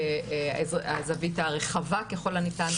והזווית הרחבה ככל הניתן.